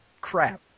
crap